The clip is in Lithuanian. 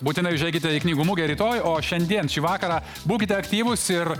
būtinai užeikite į knygų mugę rytoj o šiandien šį vakarą būkite aktyvūs ir